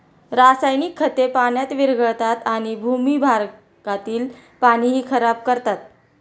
रासायनिक खते पाण्यात विरघळतात आणि भूगर्भातील पाणीही खराब करतात